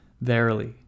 Verily